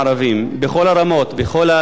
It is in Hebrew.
בכל הרמות ובכל התחומים,